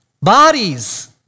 Bodies